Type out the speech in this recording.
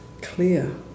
clear